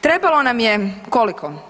Trebalo nam je koliko?